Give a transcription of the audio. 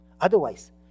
Otherwise